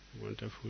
wonderful